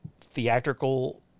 theatrical